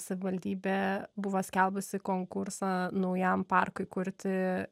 savivaldybė buvo skelbusi konkursą naujam parkui kurti